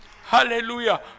Hallelujah